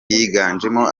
yiganjemo